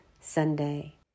Sunday